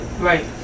Right